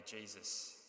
Jesus